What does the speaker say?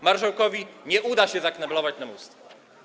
Marszałkowi nie uda się zakneblować nam ust.